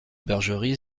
bergerie